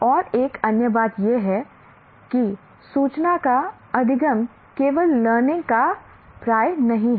और एक अन्य बात यह है कि सूचना का अधिगम केवल लर्निंग का पर्याय नहीं है